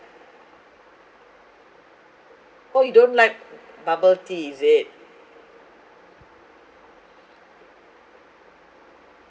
oh you don't like bubble tea is it